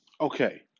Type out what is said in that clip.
Okay